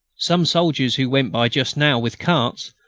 some soldiers, who went by just now with carts,